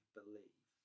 believe